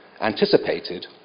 anticipated